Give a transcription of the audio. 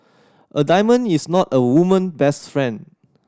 a diamond is not a woman best friend